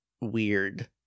weird